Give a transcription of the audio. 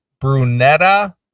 Brunetta